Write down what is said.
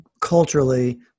culturally